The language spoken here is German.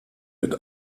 mit